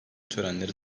törenleri